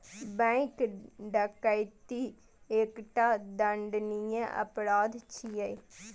bank डकैती एकटा दंडनीय अपराध छियै